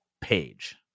page